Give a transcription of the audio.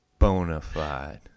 Bonafide